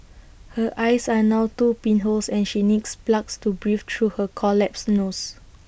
her eyes are now two pinholes and she needs plugs to breathe through her collapsed nose